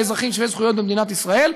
לאזרחים שווי זכויות במדינת ישראל,